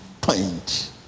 point